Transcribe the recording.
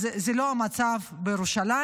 אז זה לא המצב בירושלים,